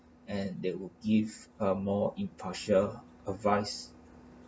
and they would give a more impartial advice